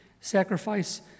sacrifice